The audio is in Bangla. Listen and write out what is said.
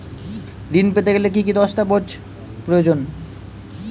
ঋণ পেতে গেলে কি কি দস্তাবেজ প্রয়োজন?